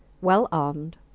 well-armed